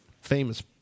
Famous